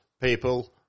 people